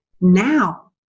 now